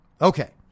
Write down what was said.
Okay